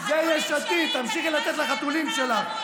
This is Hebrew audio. החתולים שלי,